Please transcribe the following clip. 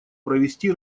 провести